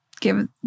give